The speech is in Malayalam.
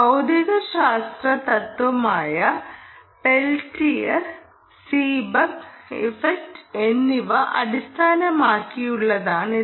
ഭൌതികശാസ്ത്ര തത്വമായ പെൽറ്റിയർ സീബെക്ക് ഇഫക്റ്റ് എന്നിവ അടിസ്ഥാനമാക്കിയുള്ളതാണിത്